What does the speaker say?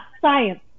science